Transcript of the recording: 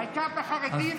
העיקר את החרדים, בבקשה.